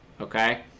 Okay